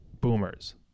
boomers